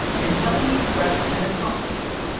and telling me to dress and accompany him.